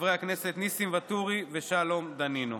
חברי הכנסת ניסים ואטורי ושלום דנינו.